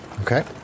Okay